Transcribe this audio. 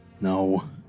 No